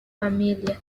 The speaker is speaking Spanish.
familias